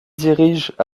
dirigent